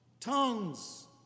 Tongues